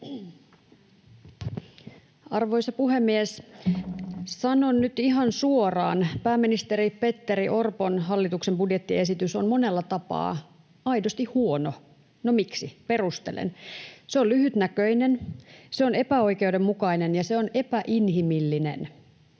Arvoisa puhemies! Sanon nyt ihan suoraan: pääministeri Petteri Orpon hallituksen budjettiesitys on monella tapaa aidosti huono. No, miksi? Perustelen: Se on lyhytnäköinen, se on epäoikeudenmukainen, ja se on epäinhimillinen.